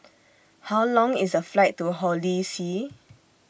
How Long IS The Flight to Holy See